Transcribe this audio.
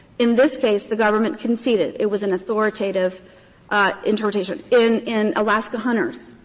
in this case the government conceded it was an authoritative interpretation. in in alaska hunters,